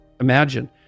imagine